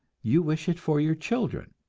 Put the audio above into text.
you wish it for your children.